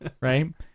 Right